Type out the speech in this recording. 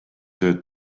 tööd